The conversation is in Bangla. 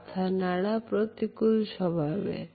মাথা নাড়া প্রতিকূল স্বভাবের